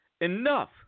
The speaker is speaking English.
enough